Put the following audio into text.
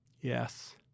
Yes